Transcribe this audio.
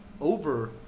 over